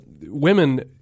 women